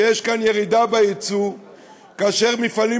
שיש כאן ירידה ביצוא כאשר יש מפעלים